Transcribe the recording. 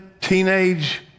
teenage